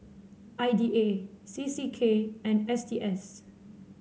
I D A C C K and S T S